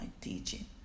teaching